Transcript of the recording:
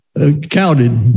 counted